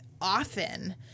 often